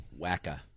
Wacka